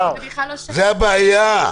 זו הבעיה.